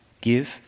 Give